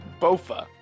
Bofa